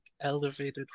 elevated